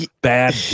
bad